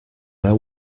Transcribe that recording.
their